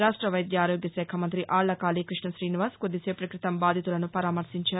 రాష్ట వైద్య ఆరోగ్యశాఖ మంతి ఆళ్ళ కాళీ కృష్ణ శ్రీనివాస్ కొద్దిసేపటి క్రితం బాధితులను పరామర్శించారు